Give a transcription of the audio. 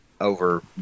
over